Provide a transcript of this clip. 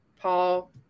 Paul